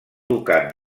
ducat